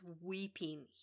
weeping